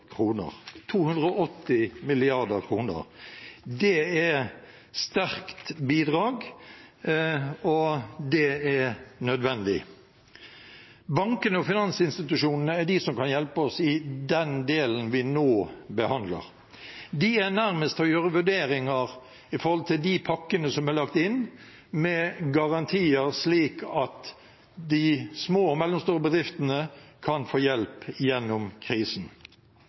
– 280 mrd. kr. Det er et sterkt bidrag, og det er nødvendig. Bankene og finansinstitusjonene er de som kan hjelpe oss i den delen vi nå behandler. De er nærmest til å gjøre vurderinger når det gjelder de pakkene som er lagt inn, med garantier, slik at de små og mellomstore bedriftene kan få hjelp gjennom krisen.